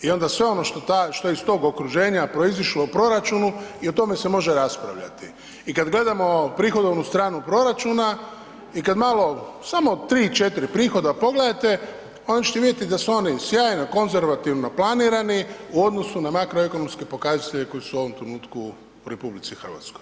I onda sve ono što iz tog okruženja proizišlo u proračunu i o tome se može raspravljati i kad gledamo prihodovnu stranu proračuna i kad malo, samo 3, 4 prihoda pogledate, onda ćete vidjeti da su oni sjajno konzervativno planirano u odnosu na makroekonomske pokazatelje koji su u ovom trenutku u RH.